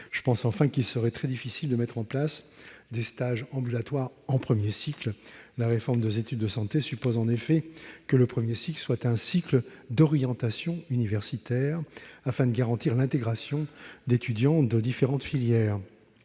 Je pense enfin qu'il serait très difficile de mettre en place des stages ambulatoires en premier cycle. La réforme des études de santé suppose en effet que ce dernier soit un cycle d'orientation universitaire, afin de garantir l'intégration d'étudiants de différentes filières.